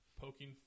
poking